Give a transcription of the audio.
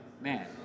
man